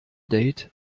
date